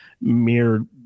mere